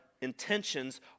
intentions